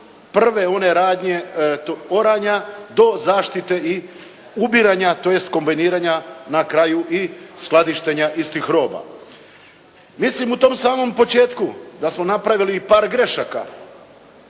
prve one radnje, oranja od zaštite i ubiranja tj. kombajniranja na kraju i skladištenja istih roba. Mislim u tom samom početku da smo napravili i par grešaka,